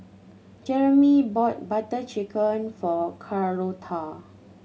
Jeremey bought Butter Chicken for Carlotta